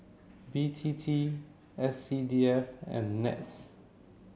B T T S C D F and NETS